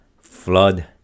Flood